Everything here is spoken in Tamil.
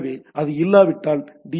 எனவே அது இல்லாவிட்டால் டி